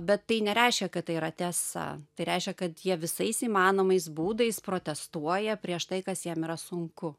bet tai nereiškia kad tai yra tiesa tai reiškia kad jie visais įmanomais būdais protestuoja prieš tai kas jiem yra sunku